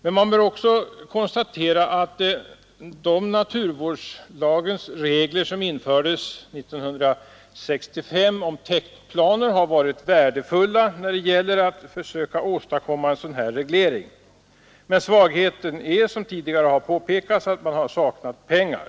Men vi bör också konstatera att de naturvårdslagens regler som infördes 1965 om täktplaner har varit värdefulla när det gäller att försöka åstadkomma en reglering. Svagheten är, som tidigare har påpekats, att det har saknats pengar.